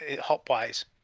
hop-wise